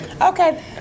Okay